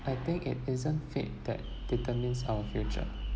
I think it isn't fate that determines our future